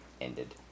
ended